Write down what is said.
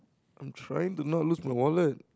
I'm trying to not lose from all that